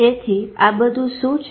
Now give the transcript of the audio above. તેથી આ બધું શું છે